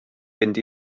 fynd